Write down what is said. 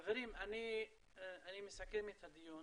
חברים, אני מסכם את הדיון.